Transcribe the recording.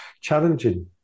challenging